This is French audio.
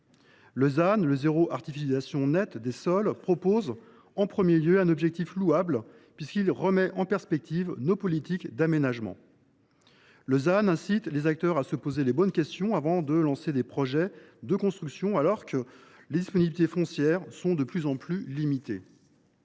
Ce « zéro artificialisation nette » des sols part d’une intention louable en remettant en perspective nos politiques d’aménagement. Il incite les acteurs à se poser les bonnes questions avant de lancer des projets de construction, alors que les disponibilités foncières sont de plus en plus limitées.